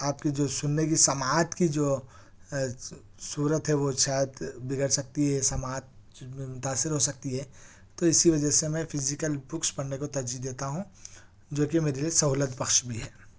آپ کی جو سننے کی سماعت کی جو صورت ہے وہ شاید بگڑ سکتی ہے سماعت متاثر ہو سکتی ہے تو اس کی وجہ سے میں فزیکل بکس پڑھنے کو ترجیح دیتا ہوں جو کہ میرے لئے سہولت بخش بھی ہے